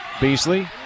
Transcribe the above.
Beasley